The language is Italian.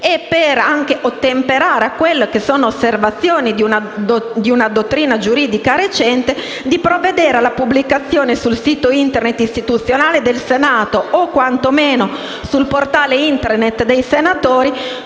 e per ottemperare alle osservazioni di una dottrina giuridica recente, di provvedere alla pubblicazione sul sito Internet istituzionale del Senato o, quantomeno, sul portale Internet dei senatori,